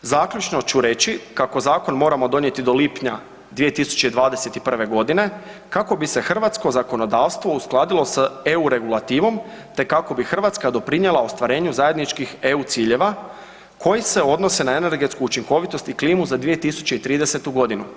Zaključno ću reći kako zakon moramo donijeti do lipnja 2021.g. kako bi se hrvatsko zakonodavstvo uskladilo s EU regulativom, te kako bi Hrvatska doprinijela ostvarenju zajedničkih EU ciljeva koji se odnose na energetsku učinkovitost i klimu za 2030.g.